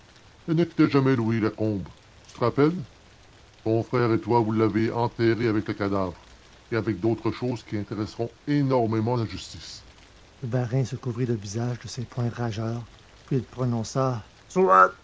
ne quittait jamais louis lacombe tu te rappelles ton frère et toi vous l'avez enterrée avec le cadavre et avec d'autres choses qui intéresseront énormément la justice varin se couvrit le visage de ses poings rageurs puis il prononça